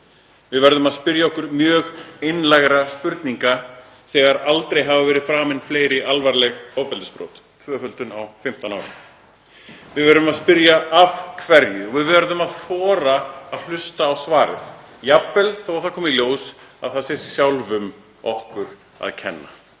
Við verðum að spyrja okkur mjög einlægra spurninga þegar aldrei hafa verið framin fleiri alvarleg ofbeldisbrot, tvöföldun á 15 árum. Við verðum að spyrja af hverju og við verðum að þora að hlusta á svarið, jafnvel þó að það komi í ljós að það sé okkur sjálfum að kenna.